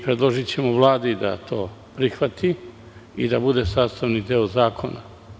Predložićemo Vladi da to prihvati i da bude sastavni deo zakona.